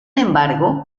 embargo